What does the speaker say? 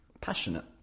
passionate